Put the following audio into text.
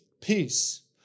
peace